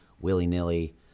willy-nilly